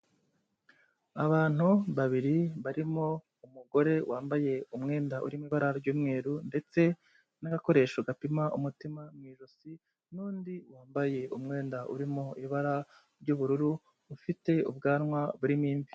Abantu babiri barimo umugore wambaye umwenda urimo ibara ry'umweru ndetse n'agakoresho gapima umutima mu ijosi n'undi wambaye umwenda urimo ibara ry'ubururu, ufite ubwanwa burimo imvi.